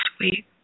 Sweet